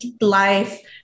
life